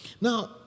Now